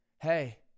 hey